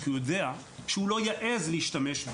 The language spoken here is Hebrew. כי הוא יודע שהוא לא יעז להשתמש,